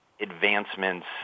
advancements